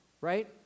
right